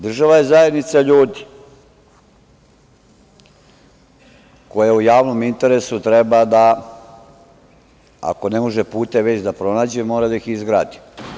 Država je zajednica ljudi koja u javnom interesu treba da, ako ne može puteve već da pronađe mora da ih izgradi.